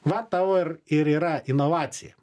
va tau ir ir yra inovacija